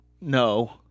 No